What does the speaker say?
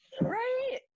right